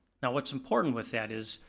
now what's important with that is,